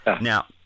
Now